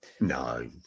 No